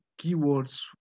keywords